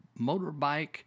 motorbike